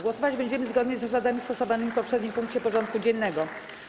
Głosować będziemy zgodnie z zasadami stosowanymi w poprzednim punkcie porządku dziennego.